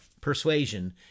persuasion